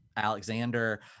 Alexander